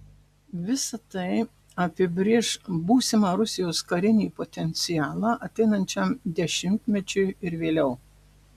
visa tai apibrėš būsimą rusijos karinį potencialą ateinančiam dešimtmečiui ir vėliau